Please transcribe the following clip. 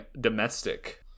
domestic